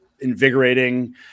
invigorating